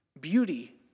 Beauty